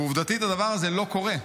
ועובדתית הדבר הזה לא קורה.